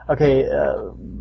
Okay